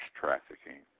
trafficking